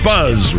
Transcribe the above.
Buzz